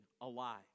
alive